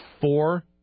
four